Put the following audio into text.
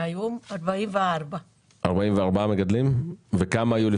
היום 44. וכמה היו לפני?